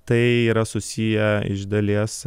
tai yra susiję iš dalies